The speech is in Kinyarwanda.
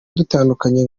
dutandukanye